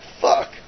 fuck